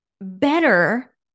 better